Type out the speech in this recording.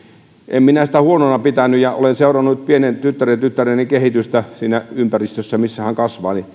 en minä sitä huonona pitänyt ja olen seurannut pienen tyttärentyttäreni kehitystä siinä ympäristössä missä hän kasvaa ja